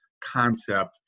concept